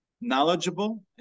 knowledgeable